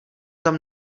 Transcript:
tam